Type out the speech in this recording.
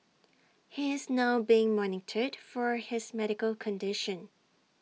he is now being monitored for his medical condition